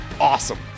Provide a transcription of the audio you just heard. awesome